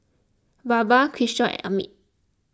Baba Kishore and Amit